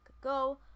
Go